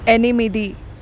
ఎనిమిది